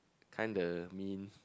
kinda mean